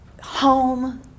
home